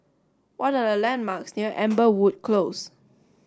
what are the landmarks near Amberwood Close